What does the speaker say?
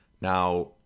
Now